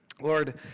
Lord